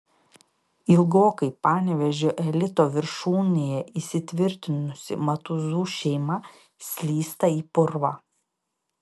ilgokai panevėžio elito viršūnėje įsitvirtinusi matuzų šeima slysta į purvą